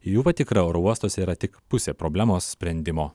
jų patikra oro uostuose yra tik pusė problemos sprendimo